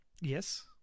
Yes